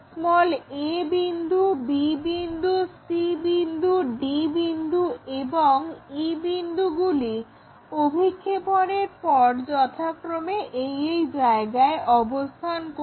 a বিন্দু b বিন্দু c বিন্দু d বিন্দু এবং e বিন্দুগুলি অভিক্ষেপণের পর যথাক্রমে এই এই জায়গায় অবস্থান করবে